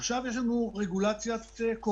עכשיו יש לנו רגולציית קורונה.